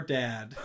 dad